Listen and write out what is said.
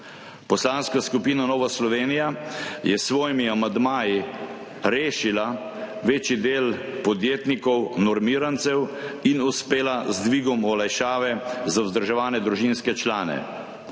Poslanska skupina Nova Slovenija je s svojimi amandmaji rešila večji del podjetnikov normirancev in uspela z dvigom olajšave za vzdrževane družinske člane.